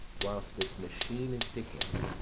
whilst this machine is to him,